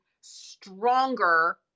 stronger